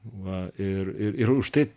va ir ir už tai